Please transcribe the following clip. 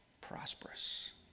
prosperous